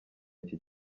iki